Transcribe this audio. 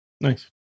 Nice